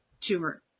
tumor